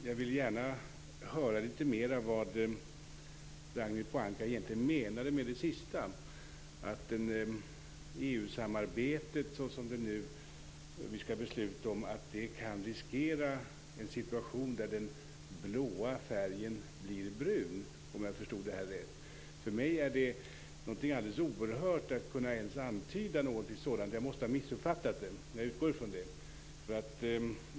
Jag vill gärna höra litet mer om vad Ragnhild Pohanka egentligen menar med det sista hon nyss sade, att EU-samarbetet, som vi nu skall besluta om, kan riskera en situation där den blå färgen blir brun - om jag förstod det hela rätt. För mig är det någonting alldeles oerhört att ens kunna antyda något sådant. Jag måste ha missuppfattat Ragnhild Pohanka. I varje fall utgår jag från det.